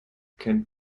kennt